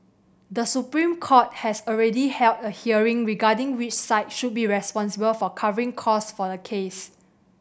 The Supreme Court has already held a hearing regarding which side should be responsible for covering costs for the case